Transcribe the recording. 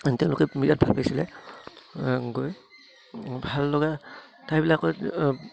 তেওঁলোকে বিৰাট ভাল পাইছিলে গৈ ভাল লগা ঠাইবিলাকত